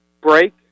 break